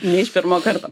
ne iš pirmo karto